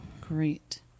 Great